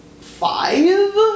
five